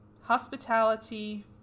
hospitality